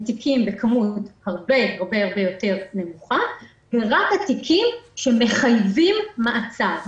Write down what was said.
בכמות הרבה יותר נמוכה ורק התיקים שמחייבים מעצר.